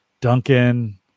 Duncan